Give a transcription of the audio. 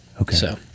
Okay